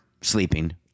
sleeping